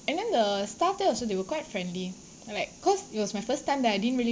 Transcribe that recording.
and then the staff there also they were quite friendly like cause it was my first time there I didn't really